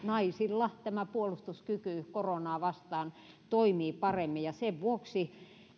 naisilla puolustuskyky koronaa vastaan toimii paremmin sen vuoksi